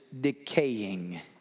decaying